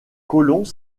colons